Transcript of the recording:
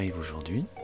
aujourd'hui